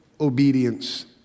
obedience